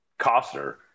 Costner